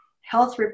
health